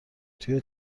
توی